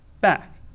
back